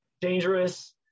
dangerous